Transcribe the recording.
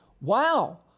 wow